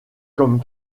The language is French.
comme